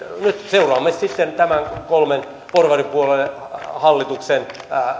nyt seuraamme sitten tämän kolmen porvaripuolueen hallituksen